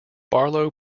barlow